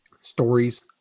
Stories